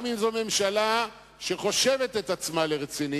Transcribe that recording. גם אם זו ממשלה שחושבת את עצמה לרצינית,